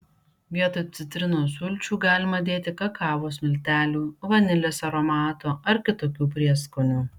vietoj citrinos sulčių galima dėti kakavos miltelių vanilės aromato ar kitokių prieskonių